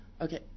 Okay